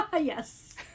Yes